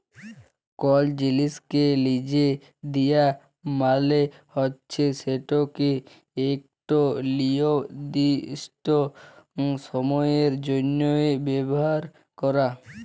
call জিলিসকে লিজে দিয়া মালে হছে সেটকে ইকট লিরদিস্ট সময়ের জ্যনহে ব্যাভার ক্যরা